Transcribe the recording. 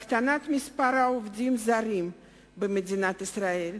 הקטנת מספר העובדים הזרים במדינת ישראל,